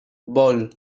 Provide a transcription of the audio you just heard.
bowl